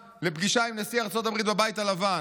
לפגישה עם נשיא ארצות הברית בבית הלבן,